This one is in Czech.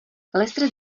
lestred